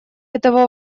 этого